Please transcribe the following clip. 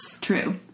True